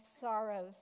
sorrows